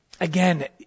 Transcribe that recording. again